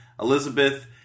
Elizabeth